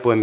asia